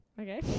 Okay